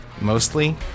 Mostly